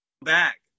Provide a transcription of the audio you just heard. back